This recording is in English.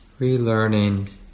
relearning